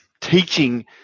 teaching